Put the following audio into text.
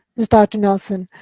is dr. nelson.